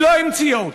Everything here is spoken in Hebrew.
היא לא המציאה אותו.